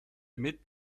mit